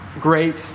great